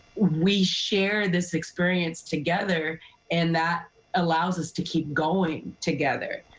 we share this experience together and that allows us to keep going together.